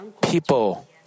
People